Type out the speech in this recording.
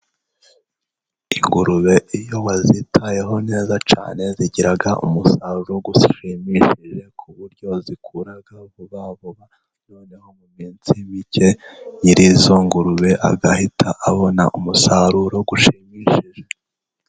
Ingurube iyo bazitayeho neza cyane zigira umusaruro ushimishije, ku buryo zikura vuba vuba. Noneho mu minsi mike nyiri izo ngurube agahita abona umusaruro ushimishije.